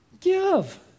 Give